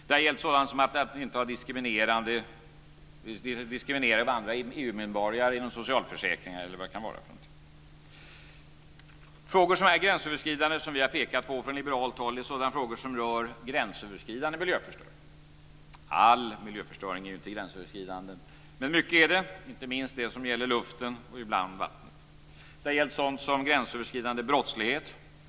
Det har gällt sådant som att inte diskriminera andra EU-medborgare inom socialförsäkringar eller annat. Frågor som är gränsöverskridande som vi har pekat på från liberalt håll är sådana frågor som rör gränsöverskridande miljöförstöring. All miljöförstöring är ju inte gränsöverskridande, men mycket är det, inte minst det som gäller luften och ibland vattnet. Det har gällt sådant som gränsöverskridande brottslighet.